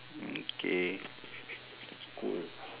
mm K cool